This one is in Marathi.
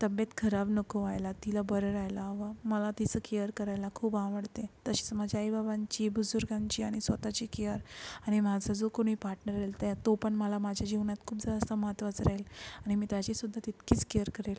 तब्येत खराब नको व्हायला तिला बरं राहायला हवं मला तिचं केयर करायला खूप आवडते तशीच माझी आई बाबांची बुजुर्गांची आणि स्वतःची केयर आणि माझा जो कोणी पार्टनर राहील त्या तो पण मला माझ्या जीवनात खूप जास्त महत्त्वाचा राहील आणि मी त्याचीसुद्धा तितकीच केयर करेल